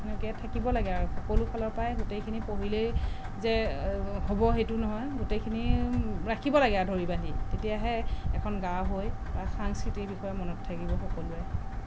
সেনেকে থাকিব লাগে আৰু সকলো ফালৰ পৰাই গোটেইখিনি পঢ়িলেই যে হ'ব সেইটো নহয় গোটেইখিনি ৰাখিব লাগে আৰু ধৰি বান্ধি তেতিয়াহে এখন গাঁও হৈ বা সাংস্কৃতিৰ বিষয়ে মনত থাকিব সকলোৰে